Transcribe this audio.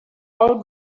all